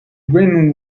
grin